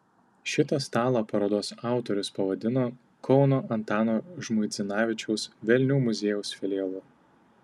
šitą stalą parodos autorius pavadino kauno antano žmuidzinavičiaus velnių muziejaus filialu